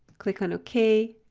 click on ok,